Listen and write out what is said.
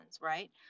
right